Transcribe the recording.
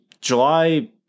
July